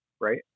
right